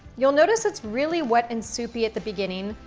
you'll notice it's really wet and soupy at the beginning,